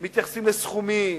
מתייחסים לסכומים,